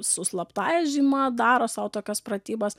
su slaptąja žyma daro sau tokias pratybas